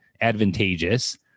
advantageous